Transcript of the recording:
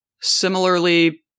similarly